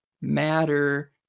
matter